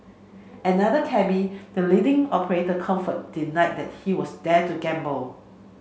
another cabby the leading operator comfort denied that he was there to gamble